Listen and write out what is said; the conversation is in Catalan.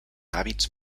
hàbits